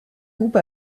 groupe